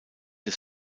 des